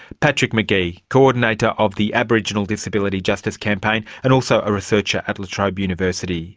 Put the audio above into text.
patrick mcgee, coordinator of the aboriginal disability justice campaign, and also a researcher at la trobe university.